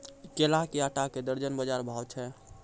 केला के आटा का दर्जन बाजार भाव छ?